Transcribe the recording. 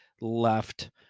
left